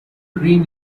green